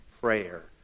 prayer